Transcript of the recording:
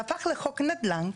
זה הפך לחוק נדל"ן,